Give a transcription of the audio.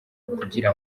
kugira